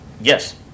Yes